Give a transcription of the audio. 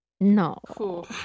No